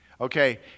Okay